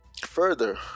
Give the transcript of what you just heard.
Further